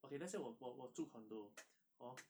ok lets say 我我我住 condo hor